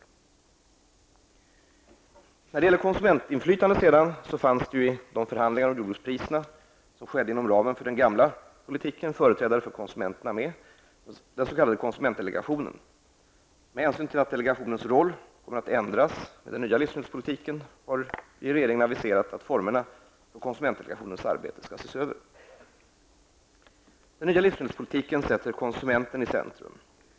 För att tillvarata konsumentinflytandet fanns i de förhandlingar om jordbrukspriserna som skedde inom ramen för den gamla livsmedelspolitiken företrädare för konsumenterna med, den s.k. konsumentdelegationen. Med hänsyn till att delegationens roll kommer att ändras med den nya livsmedelspolitiken, har regeringen aviserat att formerna för konsumentdelegationens arbete skall ses över. Den nya livsmedelspolitiken sätter konsumenten i centrum.